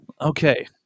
Okay